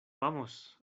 vamos